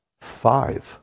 five